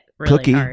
cookie